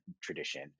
tradition